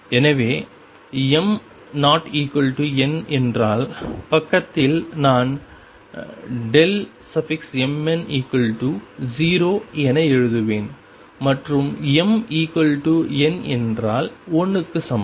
எனவே m≠n என்றால் பக்கத்தில் நான் mn0என எழுதுவேன் மற்றும் mn என்றால் 1 க்கு சமம்